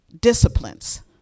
disciplines